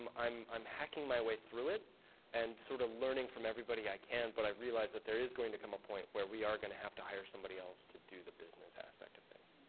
um i'm i'm hacking my way through it and sort of learning from everybody i can. but i realize that there is going to come a point where we are going to have to hire somebody else to do the business aspect of it.